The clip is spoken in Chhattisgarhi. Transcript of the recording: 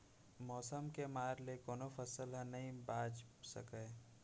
मउसम के मार ले कोनो फसल ह नइ बाच सकय